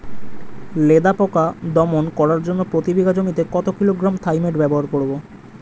লেদা পোকা দমন করার জন্য প্রতি বিঘা জমিতে কত কিলোগ্রাম থাইমেট ব্যবহার করব?